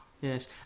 Yes